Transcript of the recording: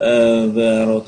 וההערות במסגרת הזמן שיש לנו.